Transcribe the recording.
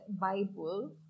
Bible